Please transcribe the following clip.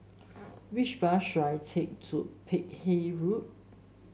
which bus should I take to Peck Hay Road